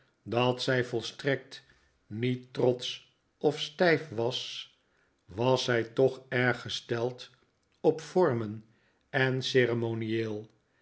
dat zij volstrekt niet trbtsch of stijf was was zij toch erg gesteld op vormen en ceremonieel